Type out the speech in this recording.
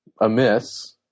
amiss